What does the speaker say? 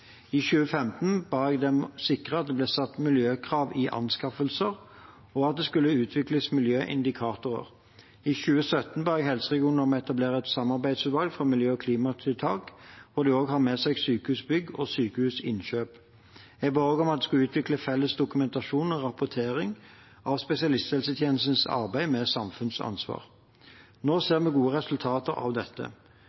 I 2015 ba jeg dem sikre at det ble satt miljøkrav i anskaffelser, og at det skulle utvikles miljøindikatorer. I 2017 ba jeg helseregionene om å etablere et samarbeidsutvalg for miljø- og klimatiltak, hvor de også har med seg Sykehusbygg og Sykehusinnkjøp. Jeg ba også om at det skulle utvikles felles dokumentasjon og rapportering av spesialisthelsetjenestens arbeid med samfunnsansvar. Nå